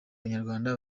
banyarwanda